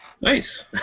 nice